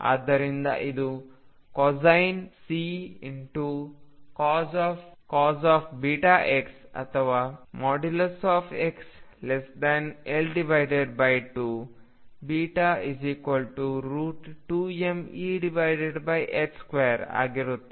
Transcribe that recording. ಆದ್ದರಿಂದ ಇದು cosine C×cos βx ಅಥವಾ |x|L2 β2mE2 ಆಗಿರುತ್ತದೆ